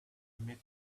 met